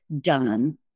done